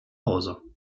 hause